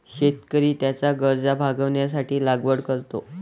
शेतकरी त्याच्या गरजा भागविण्यासाठी लागवड करतो